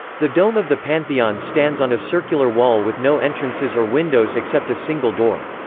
the dome of the pantheon stands on a circular wall with no entrances or windows except a single door.